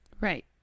Right